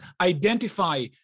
identify